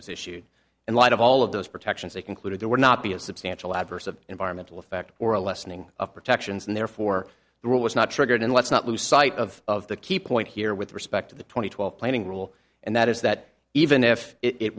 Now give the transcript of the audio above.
was issued in light of all of those protections they concluded there were not be a substantial adverse of environmental effect or a lessening of protections and therefore the rule was not triggered and let's not lose sight of the key point here with respect to the twenty twelve planning rule and that is that even if it